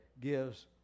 gives